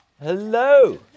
hello